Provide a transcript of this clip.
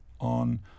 on